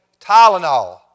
Tylenol